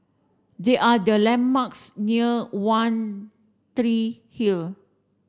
they are the landmarks near One Tree Hill